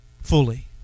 fully